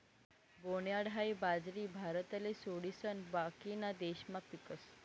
barnyard हाई बाजरी भारतले सोडिसन बाकीना देशमा पीकस